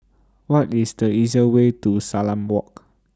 What IS The easier Way to Salam Walk